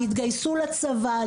התגייסו לצבא,